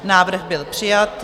Návrh byl přijat.